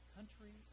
Country